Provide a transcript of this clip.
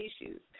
issues